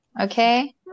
Okay